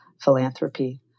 philanthropy